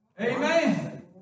Amen